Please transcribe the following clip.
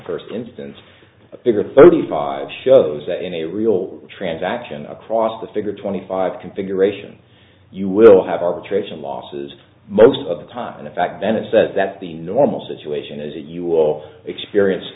first instance a bigger thirty five shows that in a real transaction across the figure twenty five configuration you will have arbitration losses most of the time and in fact bennett said that the normal situation is that you will experience